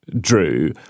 drew